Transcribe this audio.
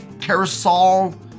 carousel